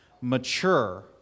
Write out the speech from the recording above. mature